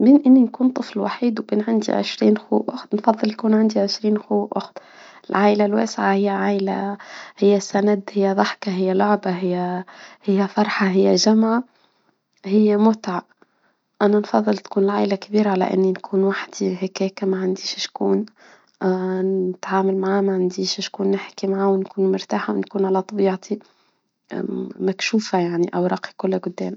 من اني اكون طفل وحيد وكان عندي عشرين خو واخت نفضل يكون عندي عشرين خوخة. العيلة الواسعة هي عيلة هي سند هي بحكة هي لعبة هي هي فرحة هي جمعة. هي متعة. انا نفضل تكون العائلة كبيرة على اني نكون واحد في هكاك ما عنديش شكون نتعامل معاها مع شكون نحكي معاها ونكون مرتاحة ونكون على طبيعتي مكشوفة يعني اوراقك كلها قدامه